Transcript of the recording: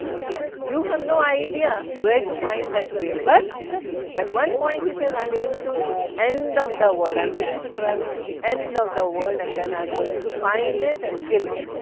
ok, you have no idea where to find that whale but at one point he says i am going to the end of the world i am willing to travel to the end of the world and then i am going to find it and kill it,